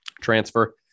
transfer